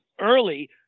early